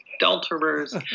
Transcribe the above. adulterers